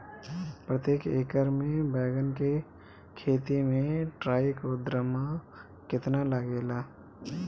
प्रतेक एकर मे बैगन के खेती मे ट्राईकोद्रमा कितना लागेला?